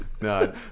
no